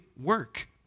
work